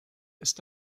ist